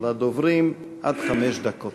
לדוברים עד חמש דקות.